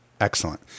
Excellent